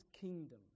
kingdom